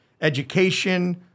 education